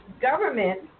government